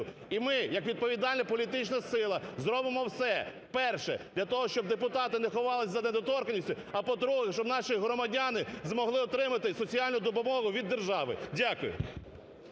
І ми як відповідальна політична сила зробимо все: перше – для того, щоб депутати не ховались за недоторканністю; а, по-друге, щоб наші громадяни змогли отримати соціальну допомогу від держави. Дякую.